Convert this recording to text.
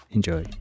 Enjoy